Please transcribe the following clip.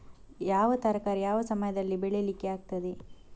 ಯಾವ ತರಕಾರಿ ಯಾವ ಸಮಯದಲ್ಲಿ ಬೆಳಿಲಿಕ್ಕೆ ಆಗ್ತದೆ?